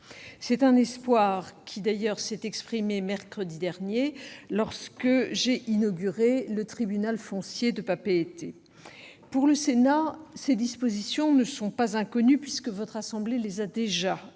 C'est cet espoir qui s'est exprimé mercredi dernier, lorsque j'ai inauguré le tribunal foncier de Papeete. Pour le Sénat, ces dispositions ne sont pas inconnues, puisque votre assemblée les a déjà adoptées,